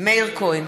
מאיר כהן,